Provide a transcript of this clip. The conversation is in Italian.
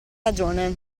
ragione